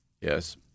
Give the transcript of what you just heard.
yes